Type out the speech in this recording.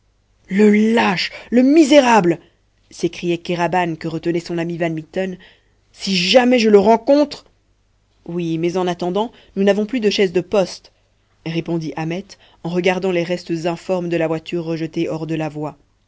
le lâche le misérable s'écriait kéraban que retenait son ami van mitten si jamais je le rencontre oui mais en attendant nous n'avons plus de chaise de poste répondit ahmet en regardant les restes informes de la voiture rejetés hors de la voie